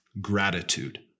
Gratitude